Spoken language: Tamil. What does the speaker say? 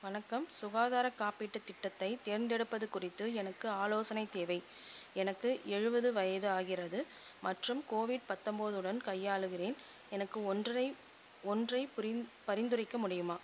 வணக்கம் சுகாதாரக் காப்பீட்டுத் திட்டத்தைத் தேர்ந்தெடுப்பது குறித்து எனக்கு ஆலோசனை தேவை எனக்கு எழுபது வயதாகிறது மற்றும் கோவிட் பத்தொன்போதுடன் கையாளுகிறேன் எனக்கு ஒன்றரை ஒன்றை புரிந் பரிந்துரைக்க முடியுமா